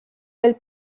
belle